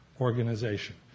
organization